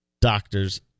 Doctors